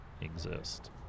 exist